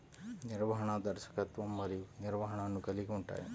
నిర్వహణ, దర్శకత్వం మరియు నిర్వహణను కలిగి ఉంటాయి